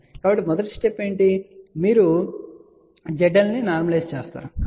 కాబట్టి మొదటి స్టెప్ ఏమిటి మీరు ZL ను నార్మలైస్ చేస్తారు